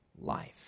life